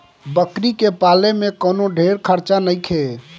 बकरी के पाले में कवनो ढेर खर्चा नईखे